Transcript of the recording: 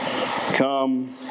come